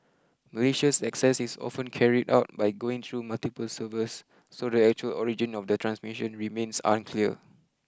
malicious access is often carried out by going through multiple servers so the actual origin of the transmission remains unclear